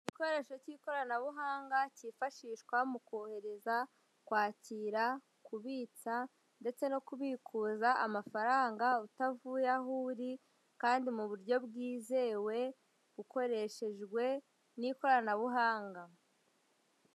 Igikoresho cy'ikoranabuhanga cyifashishwa mu kohereza, kwakira kubitsa ndetse no kubikuza amafaranga utavuye aho uri kandi mu buryo bwizewe ukoreshejwe n'ikoranabuhanga.